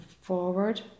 forward